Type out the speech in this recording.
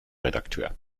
redakteur